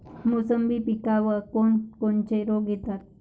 मोसंबी पिकावर कोन कोनचे रोग येतात?